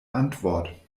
antwort